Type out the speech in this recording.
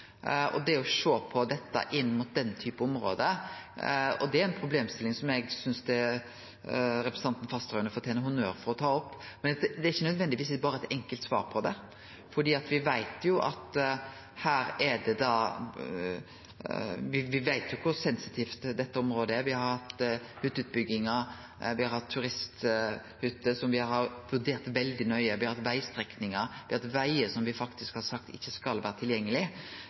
å sjå på dette inn mot den typen område er ei problemstilling som eg synest representanten Fasteraune fortener honnør for å ta opp, men det er ikkje nødvendigvis berre eit enkelt svar på det, for me veit kor sensitivt dette området er. Me har hatt hytteutbyggingar, me har hatt turisthytter som me har vurdert veldig nøye, me har hatt vegstrekningar, me har hatt vegar som me faktisk har sagt ikkje skal vere